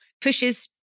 pushes